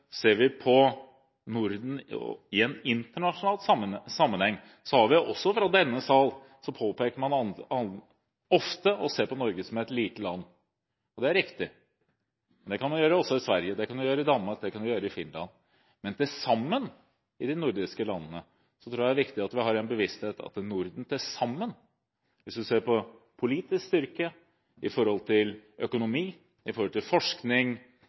ser på Norden i en internasjonal sammenheng, påpeker man, også fra denne sal, ofte at Norge er et lite land. Det er riktig. Det tilsvarende kan man gjøre i Sverige, i Danmark og i Finland. Men jeg tror det er viktig at de nordiske landene har den bevisstheten at Norden til sammen, hvis man ser på politisk styrke, på økonomi, på forskning, på utdanning og på kultur, kan konkurrere hvor som helst i